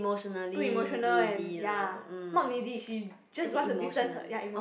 too emotional and ya not needy she just want to distance her ya emotions